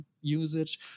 usage